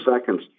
seconds